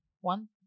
one